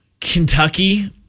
Kentucky